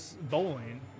bowling